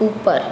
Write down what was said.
ऊपर